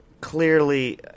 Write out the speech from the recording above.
clearly